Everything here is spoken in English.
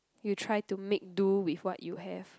you try to make do with what you have